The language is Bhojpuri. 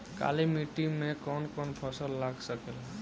काली मिट्टी मे कौन कौन फसल लाग सकेला?